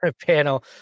panel